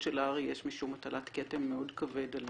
של הר"י יש משום הטלת כתם מאוד כבד על